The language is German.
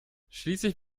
schließlich